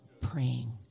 praying